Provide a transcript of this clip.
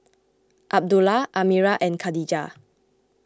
Abdullah Amirah and Khadija